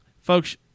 Folks